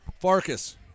Farkas